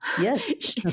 Yes